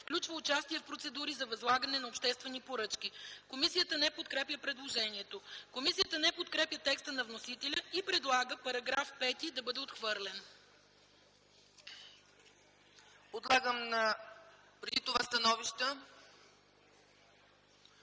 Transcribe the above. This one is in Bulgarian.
включва участие в процедури за възлагане на обществени поръчки.” Комисията не подкрепя предложението. Комисията не подкрепя теста на вносителя и предлага § 5 да бъде отхвърлен. ПРЕДСЕДАТЕЛ ЦЕЦКА ЦАЧЕВА: Становища?